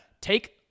take